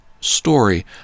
story